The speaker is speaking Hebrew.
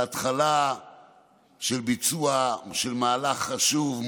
על התחלה של ביצוע של מהלך חשוב,